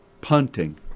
punting